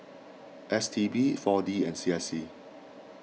S T B four D and C S C